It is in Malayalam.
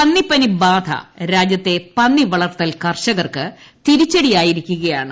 പന്നിപ്പനി ബാധ രാജ്യത്തെ പന്നി വളർത്തൽ കർഷകർക്ക് തിരിച്ചടയായിരിക്കുകയാണ്